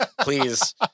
please